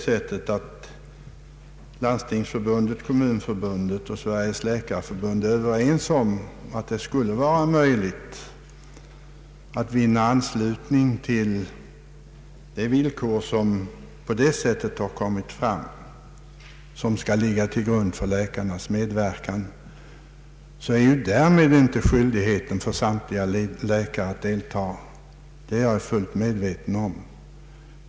Om Landstingsförbundet, Kommunförbundet och Sveriges läkarförbund finner att det skall vara möjligt att vinna anslutning till de villkor som skulle ligga till grund för läkarnas medverkan, föreligger därmed inte någon skyldighet för samtliga läkare att deltaga — det är jag fullt medveten om.